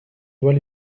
doit